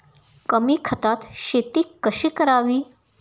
कमी खतात शेती कशी करावी?